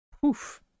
poof